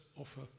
offer